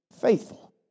faithful